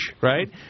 right